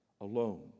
alone